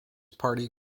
party